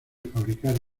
fabricar